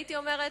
הייתי אומרת,